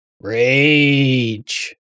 Rage